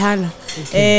Okay